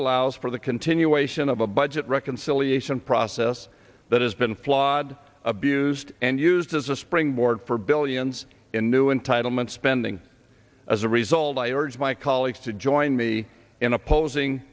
allows for the continuation of a budget reconciliation process that has been flawed abused and used as a springboard for billions in new entitlement spending as a result i urge my colleagues to join me in opposing